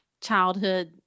childhood